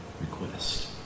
request